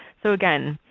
so again,